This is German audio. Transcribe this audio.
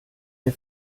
der